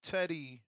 Teddy